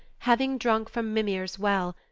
having drunk from mimir's well,